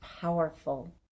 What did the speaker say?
powerful